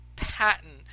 patent